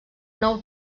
nou